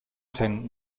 zen